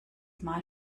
mal